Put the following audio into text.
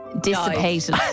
dissipated